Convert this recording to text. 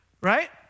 right